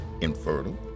infertile